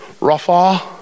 Rafa